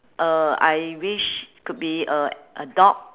uh I wish could be a a dog